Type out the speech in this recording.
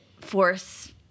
force